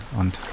und